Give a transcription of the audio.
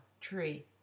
tree